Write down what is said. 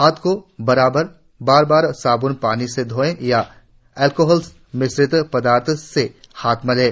हांथों कोबार बार साब्न पानी से धोएं या अल्कोहल मिश्रित पदार्थ से हाथ मलें